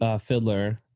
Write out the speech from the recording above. fiddler